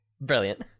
Brilliant